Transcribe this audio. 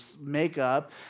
makeup